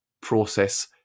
process